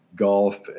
golf